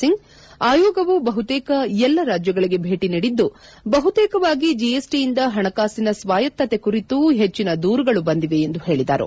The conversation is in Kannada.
ಸಿಂಗ್ ಆಯೋಗವು ಬಹುತೇಕ ಎಲ್ಲಾ ರಾಜ್ಗಳಿಗೆ ಭೇಟಿ ನೀಡಿದ್ದು ಬಹುತೇಕವಾಗಿ ಜಿಎಸ್ಟಯಿಂದ ಹಣಕಾಸಿನ ಸ್ವಾಯತ್ತತೆ ಕುರಿತೆ ಹೆಚ್ಚಿನ ದೂರುಗಳು ಬಂದಿವೆ ಎಂದು ಹೇಳಿದರು